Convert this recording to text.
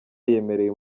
yemereye